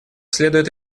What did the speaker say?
следует